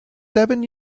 seven